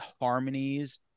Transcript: harmonies